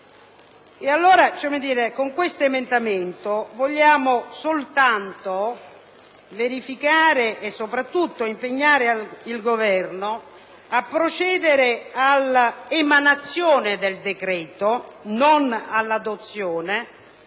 Con questo emendamento vogliamo soltanto verificare e soprattutto impegnare il Governo a procedere alla emanazione del decreto, non all'adozione,